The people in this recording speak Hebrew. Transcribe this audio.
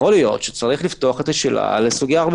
להיות שצריך לפתוח את השאלה על סוגיה הרבה